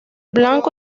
blanco